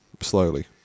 slowly